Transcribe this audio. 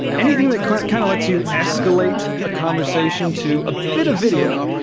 anything that kind of kind of lets you escalate a conversation to ah bit a video.